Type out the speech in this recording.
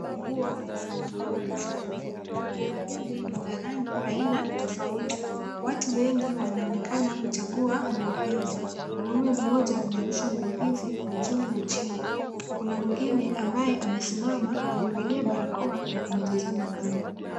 Nguo zimepangwa sokoni. Nguo hizi ni za rangi aina tofauti. Watu wengi wanaonekana kuchagua nguo hizi. Mwanaume mmoja anarusha nguo hizi kwa juu na chini. Kuna mwingine ambaye amesimama amevalia barakoa na ametazama kando.